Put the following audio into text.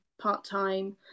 part-time